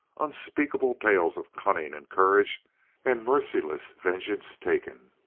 unspeakable tales of cunning and courage and merciless vengeance taken.